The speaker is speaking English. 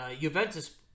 Juventus